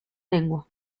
lengua